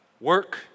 Work